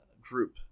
group